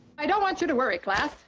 i don't want you to worry, class.